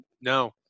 no